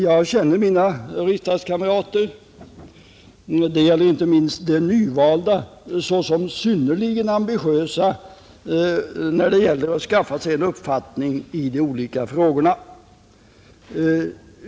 Jag känner mina riksdagskamrater — detta gäller inte minst de nyvalda — såsom synnerligen ambitiösa när det gäller att skaffa sig en uppfattning i de olika ärendena.